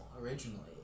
originally